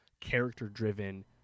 character-driven